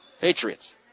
Patriots